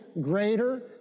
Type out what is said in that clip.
greater